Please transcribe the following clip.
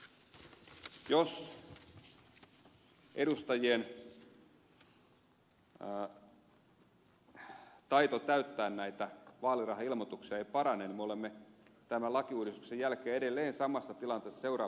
jos edustajien taito täyttää näitä vaalirahailmoituksia ei parane niin me olemme tämän lakiuudistuksen jälkeen edelleen samassa tilanteessa seuraavien vaalien jälkeen